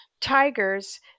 tigers